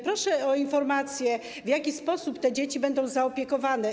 Proszę o informację, w jaki sposób te dzieci będą zaopiekowane.